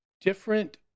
Different